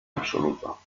absoluto